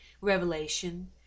Revelation